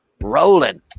rolling